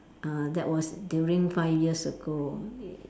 uh that was during five years ago